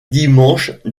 dimanche